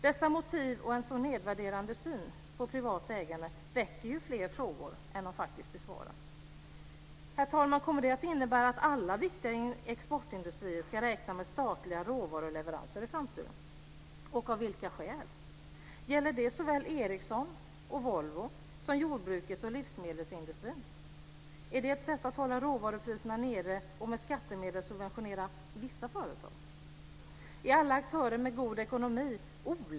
Dessa motiv och en så nedvärderande syn på privat ägande väcker fler frågor än de faktiskt besvarar. Herr talman! Kommer det att innebära att alla viktiga exportindustrier ska räkna med statliga råvaruleveranser i framtiden, och av vilka skäl? Gäller det såväl Ericsson och Volvo som jordbruket och livsmedelsindustrin?